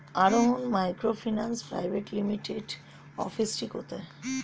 আরোহন microfinance private লিমিটেডের অফিসটি কোথায়?